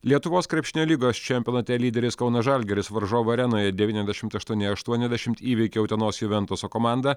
lietuvos krepšinio lygos čempionate lyderis kauno žalgiris varžovų arenoje devyniasdešimt aštuoni aštuoniasdešimt įveikė utenos juventus komandą